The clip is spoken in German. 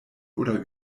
oder